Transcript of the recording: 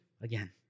again